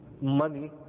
money